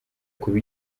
kuba